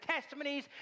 testimonies